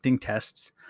tests